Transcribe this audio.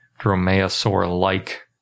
dromaeosaur-like